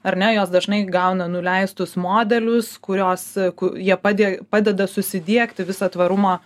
ar ne jos dažnai gauna nuleistus modelius kurios ku jie pade padeda susidiegti visą tvarumo